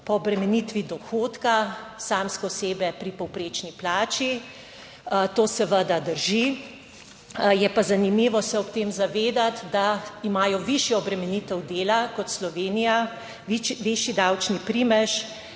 po obremenitvi dohodka samske osebe pri povprečni plači. To seveda drži. Je pa zanimivo se ob tem zavedati, da imajo višjo obremenitev dela kot Slovenija, višji davčni primež